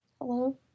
Hello